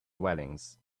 dwellings